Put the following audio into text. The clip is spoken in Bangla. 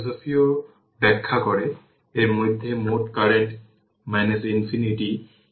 সুতরাং একটি 001 হেনরি ইন্ডাক্টরের মাধ্যমে যে কারেন্ট পাস হয় তা i t 5 t e থেকে পাওয়ার 10t অ্যাম্পিয়ার